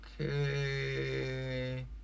Okay